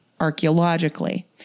archaeologically